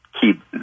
keep